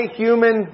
human